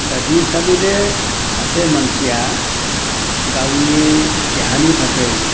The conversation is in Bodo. दा बे हिसाबैनो सासे मानसिया गावनि देहानि थाखाय